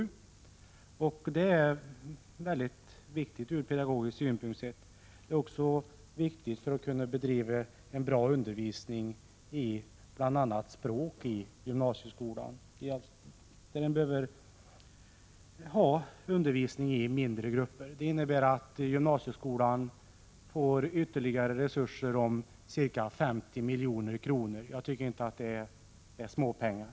Detta är mycket viktigt ur pedagogisk synpunkt. Det är också viktigt för att man skall kunna bedriva en bra undervisning i bl.a. språk i gymnasieskolan. Där behöver man ha undervisning i mindre grupper. Det innebär att gymnasieskolan får ytterligare resurser på ca 50 milj.kr. Jag tycker inte att det är småpengar.